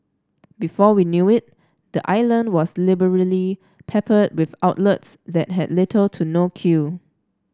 before we knew it the island was liberally peppered with outlets that had little to no queue